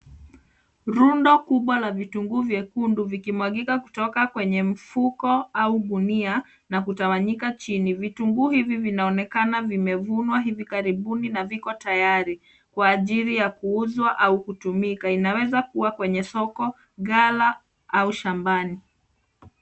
Rundo kubwa la vitunguu vyekundu vikimwagika kutoka kwenye mfuko au gunia na kutawanyika chini. Vitunguu hivi vinaonekana vimevunwa hivi karibuni na viko tayari kwa ajili ya kuuzwa au kutumika. Vinaweza kuwa kwenye soko, gala au shambani.